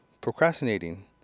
procrastinating